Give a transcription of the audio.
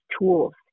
tools